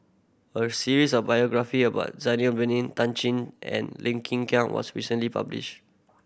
a series of biography about Zainal Abidin Tan Chin and Lim Kin Kiang was recently published